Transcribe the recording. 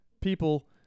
people